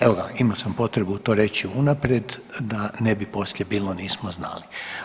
Evo ga, imamo sam potrebu to reći unaprijed da ne bi poslije bilo nismo znali.